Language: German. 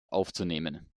aufzunehmen